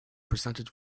percentage